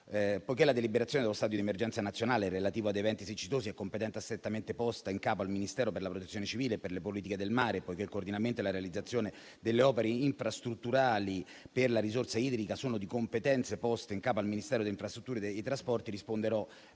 Poiché la deliberazione dello stato di emergenza nazionale relativo ad eventi siccitosi è competenza strettamente posta in capo al Ministero per la Protezione civile e per le politiche del mare, poiché il coordinamento e la realizzazione delle opere infrastrutturali per la risorsa idrica sono di competenza poste in capo al Ministero dell'infrastrutture e dei trasporti, risponderò